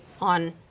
on